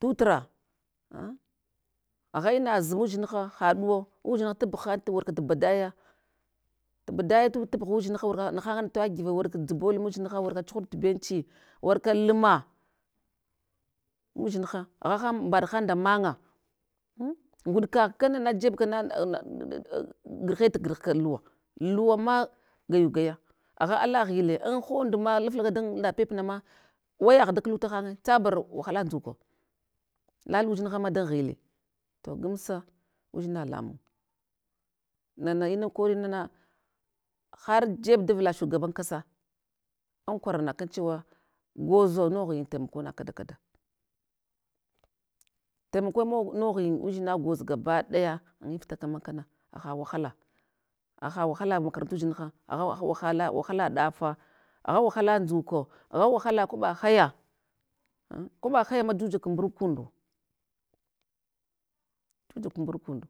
Tutra agha inaz mudzinha haɗuwo udzina tabughan warka tubadaye, tubadaye tub tabugh udzinha warka naha ngana tavagive, warka dzubol mudzinha, warka chuhurtu benchi, warka luma, udzinha agha, han mɓaɗhan nda man'nga, uh nguɗkagh kana jeb kana gahe tu gavha ka luwa, luwama gwayu gwaya, agha ala ghile an hondma laflaka dan napep nama, wayagh dakluta hanye, tsabar wahala ndzuka, lala udzinhama dan ghile, to gamsa udzina lamung, nana ina korina na har jeb davla shugaban kasa an kwaral na kan chewa, gwozo noghin taimako na kada kada, taimako mog noghin udzina gwoz gabaɗaya anyif tata makan, haha wahala, haha wahala makaranttudzin ha, agha waha wahala, wahala ɗafa, agha wahala ndzuko, agha wahala kwaɓa haya, an kwaɓa hayama jujak mburukundo, jiyak mburukundo,